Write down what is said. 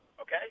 okay